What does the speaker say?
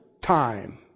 time